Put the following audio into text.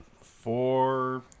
Four